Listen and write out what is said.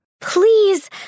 Please